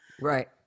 Right